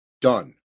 done